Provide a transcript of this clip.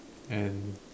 and